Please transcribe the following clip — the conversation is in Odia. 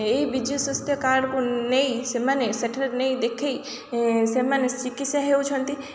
ଏଇ ବିଜୁ ସ୍ୱାସ୍ଥ୍ୟ କାର୍ଡକୁ ନେଇ ସେମାନେ ସେଠାରେ ନେଇ ଦେଖେଇ ସେମାନେ ଚିକିତ୍ସା ହେଉଛନ୍ତି